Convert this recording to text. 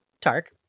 tark